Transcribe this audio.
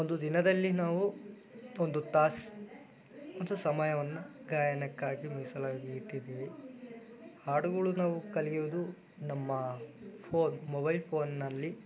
ಒಂದು ದಿನದಲ್ಲಿ ನಾವು ಒಂದು ತಾಸು ಮತ್ತು ಸಮಯವನ್ನು ಗಾಯನಕ್ಕಾಗಿ ಮೀಸಲಾಗಿ ಇಟ್ಟಿದ್ದೀವಿ ಹಾಡುಗಳು ನಾವು ಕಲಿಯೋದು ನಮ್ಮ ಫೋನ್ ಮೊಬೈಲ್ ಫೋನ್ನಲ್ಲಿ